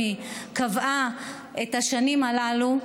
מכיוון שוועדת כהן-קדמי קבעה את השנים הללו.